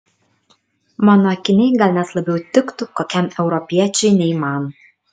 mano akiniai gal net labiau tiktų kokiam europiečiui nei man